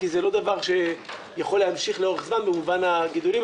כי זה לא דבר שיכול להמשיך לאורך זמן במובן הגידולים,